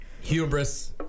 Hubris